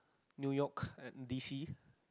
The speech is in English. New-York and D_C